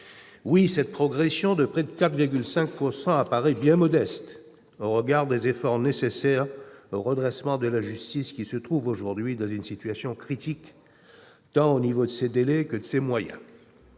Oui, cette progression de près de 4,5 % apparaît bien modeste au regard des efforts nécessaires au redressement de la justice, qui se trouve aujourd'hui dans une situation critique, en termes tant de délais que de moyens